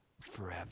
forever